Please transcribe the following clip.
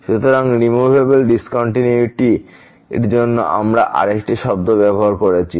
সুতরাং removable discontinuity র জন্য আমরা আরেকটি শব্দ ব্যবহার করেছি